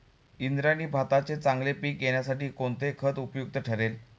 इंद्रायणी भाताचे चांगले पीक येण्यासाठी कोणते खत उपयुक्त ठरेल?